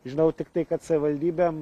žinau tiktai kad savivaldybėm